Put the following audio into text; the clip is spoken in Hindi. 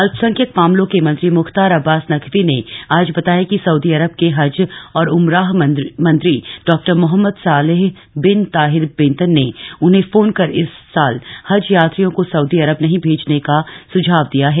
अल्पसंख्यक मामलों के मंत्री मुख्तार अब्बास नकवी ने आज बताया कि सऊदी अरब के हज और उमराह मंत्री Dr Mohammed Saleh bin Tahir Bentan ने उन्हें फोन पर इस साल हज यात्रियों को सउदी अरब नहीं भेजने का सुझाव दिया है